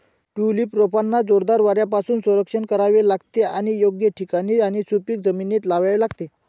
tulip रोपांना जोरदार वाऱ्यापासून संरक्षण करावे लागते आणि योग्य ठिकाणी आणि सुपीक जमिनीत लावावे लागते